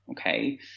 Okay